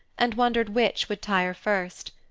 and wondered which would tire first.